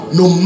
no